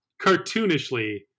Cartoonishly